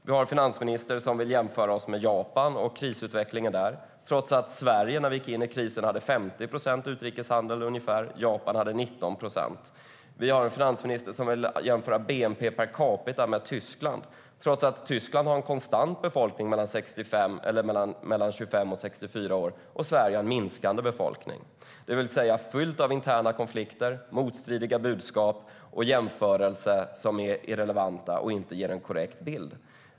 Vi har en finansminister som vill jämföra oss med Japan och krisutvecklingen där, trots att Sverige när vi gick in i krisen hade ungefär 50 procent utrikeshandel och Japan 19 procent. Vi har en finansminister som vill jämföra bnp per capita med Tyskland, trots att Tyskland har en konstant befolkning mellan 25 och 64 år och Sverige har en minskande befolkning. Det hela är alltså fyllt av interna konflikter, motstridiga budskap och jämförelser som är irrelevanta och inte ger en korrekt bild.